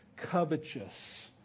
Covetous